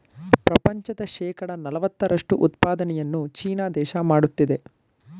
ಪ್ರಪಂಚದ ಶೇಕಡ ನಲವತ್ತರಷ್ಟು ಉತ್ಪಾದನೆಯನ್ನು ಚೀನಾ ದೇಶ ಮಾಡುತ್ತಿದೆ